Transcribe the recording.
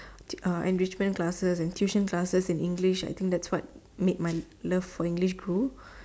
uh enrichment classes and tuition classes in English I think that's what made my love for English grew